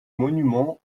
monument